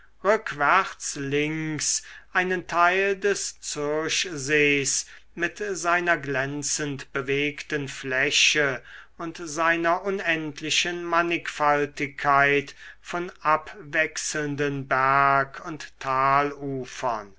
links einen teil des zürchsees mit seiner glänzend bewegten fläche und seiner unendlichen mannigfaltigkeit von abwechselnden berg und